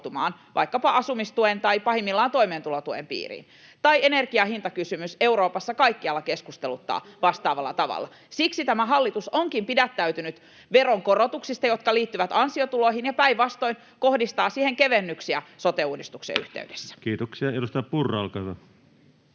vaikkapa asumistuen tai pahimmillaan toimeentulotuen piiriin. Tai energian hintakysymys Euroopassa kaikkialla keskusteluttaa vastaavalla tavalla. [Mika Niikko: Kyse on ostovoimasta!] Siksi tämä hallitus onkin pidättäytynyt veronkorotuksista, jotka liittyvät ansiotuloihin, ja päinvastoin kohdistaa siihen kevennyksiä sote-uudistuksen yhteydessä. [Speech 95] Speaker: